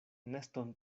neston